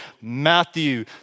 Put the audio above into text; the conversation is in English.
Matthew